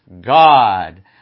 God